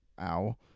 ow